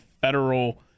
federal